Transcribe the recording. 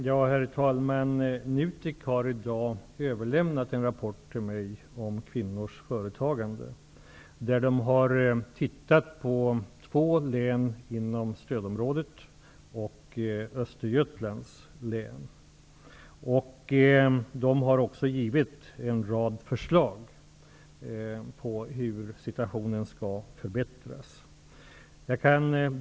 Herr talman! NUTEK har i dag överlämnat en rapport till mig om kvinnors företagande där de har tittat på två län inom stödområdet och Östergötlands län. De har också givit en rad förslag till hur situationen skall förbättras.